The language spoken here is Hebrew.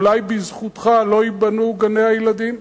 אולי בזכותך, לא ייבנו גני-הילדים,